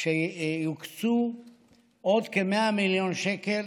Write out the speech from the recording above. שיוקצו עוד כ-100 מיליון שקל